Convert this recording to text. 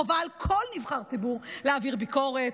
חובה על כל נבחר ציבור להעביר ביקורת,